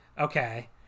Okay